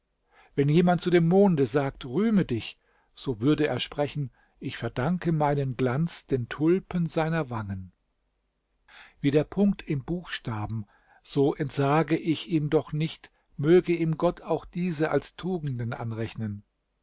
wenn jemand zu dem monde sagte rühme dich so würde er sprechen ich verdanke meinen glanz den tulpen seiner wangen wie der punkt im buchstaben so entsage ich ihm doch nicht möge ihm gott auch diese als tugenden anrechnen